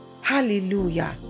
hallelujah